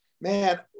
man